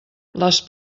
les